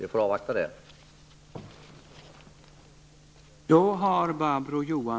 Vi får således avvakta dem.